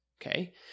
okay